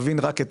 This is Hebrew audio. כי יש את